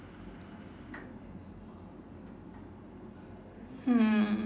hmm